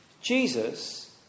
Jesus